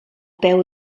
peu